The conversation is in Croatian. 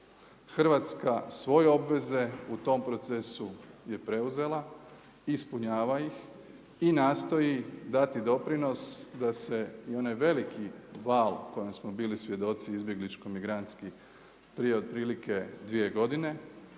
Hrvatska svoje obveze u tom procesu je preuzela, ispunjava ih i nastoji dati doprinos da se i onaj veliki val kojem smo bili svjedoci izbjegličko-migrantski prije otprilike dvije godine